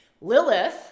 Lilith